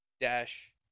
dash